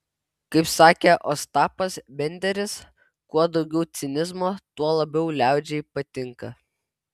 kaip sakė ostapas benderis kuo daugiau cinizmo tuo labiau liaudžiai patinka